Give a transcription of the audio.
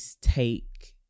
take